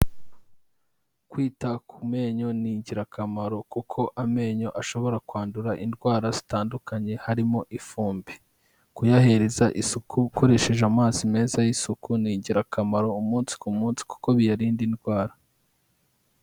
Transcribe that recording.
Kwita ku menyo ni ingirakamaro kuko amenyo ashobora kwandura indwara zitandukanye harimo ifumbi kuyahereza isuku ukoresheje amazi meza y'isuku ni ingirakamaro umunsi ku munsi kuko biyarinda indwara.